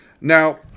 Now